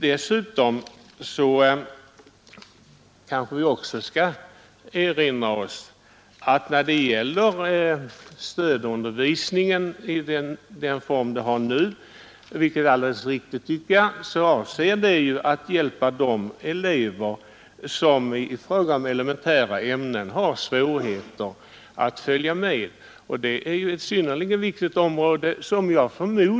Dessutom kanske vi skall erinra oss att stödundervisningen i den form den nu har — vilket är alldeles riktigt, tycker jag — är avsedd att hjälpa de elever som har svårighet att följa med i elementära ämnen.